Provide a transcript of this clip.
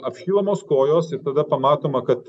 apšylamos kojos ir tada pamatoma kad